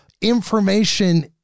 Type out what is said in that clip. Information